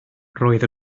roedd